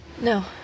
no